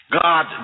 God